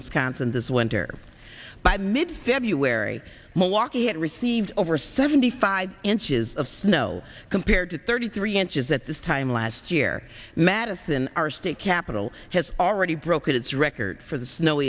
wisconsin this winter by the mid february malarky had received over seventy five inches of snow compared to thirty three inches at this time last year madison our state capital has already broken its record for the snow